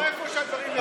לא איפה שהדברים נקיים.